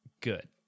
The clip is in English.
good